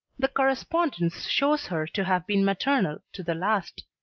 the correspondence shows her to have been maternal to the last.